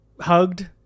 hugged